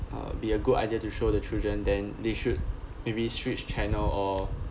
uh be a good idea to show the children then they should maybe switch channel or